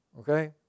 okay